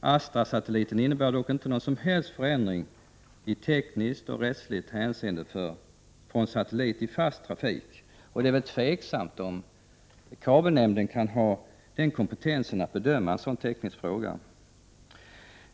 Astra-satelliten innebär dock inte någon som helst förändring i tekniskt eller rättsligt hänseende för satelliter i fast trafik. Det är osäkert om kabelnämnden har kompetens att bedöma en sådan teknisk fråga.